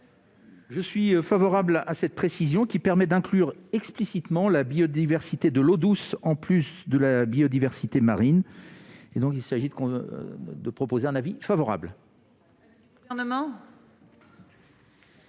Je suis favorable à cette précision, qui permet d'inclure explicitement la biodiversité de l'eau douce, en plus de la biodiversité marine. La commission a donc émis un avis favorable